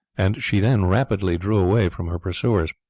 and she then rapidly drew away from her pursuers.